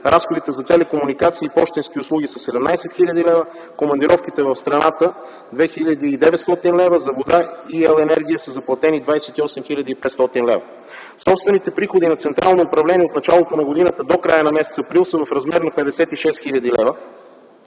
Разходите за телекомуникации и пощенски услуги са 17 000 лв., командировките в страната 2900 лв., за вода и ел.енергия са заплатени 28 500 лв. Собствените приходи на Централното управление от началото на годината до края на м. април са в размер на 56 000 лв.,